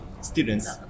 students